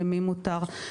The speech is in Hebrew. למי מותר,